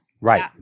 Right